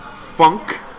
Funk